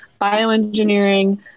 bioengineering